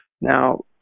Now